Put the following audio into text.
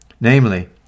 namely